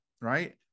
right